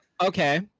Okay